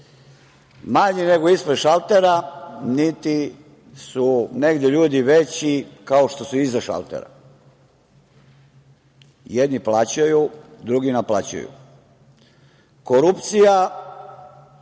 manje nego ispred šaltera, niti su negde ljudi veći kao što su iza šaltera. Jedni plaćaju, drugi naplaćuju. Korupcija